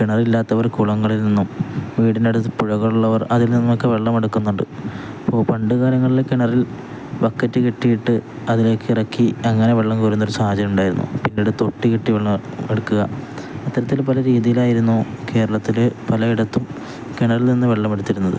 കിണറില്ലാത്തവർ കുളങ്ങളിൽ നിന്നും വീടിൻ്റെയടുത്തു പുഴകളുള്ളവർ അതിൽ നിന്നൊക്കെ വെള്ളം എടുക്കുന്നുണ്ട് ഇപ്പോള് പണ്ടുകാലങ്ങളില് കിണറിൽ ബക്കറ്റ് കെട്ടിയിട്ട് അതിലേക്ക് ഇറക്കി അങ്ങനെ വെള്ളം കോരുന്നൊരു സാഹചര്യം ഉണ്ടായിരുന്നു പിന്നീട് തൊട്ടി കെട്ടി വെള്ളം എടുക്കുക അത്തരത്തില്ല് പല രീതിയിലായിരുന്നു കേരളത്തില് പലയിടത്തും കിണറില്നിന്നു വെള്ളമെടുത്തിരുന്നത്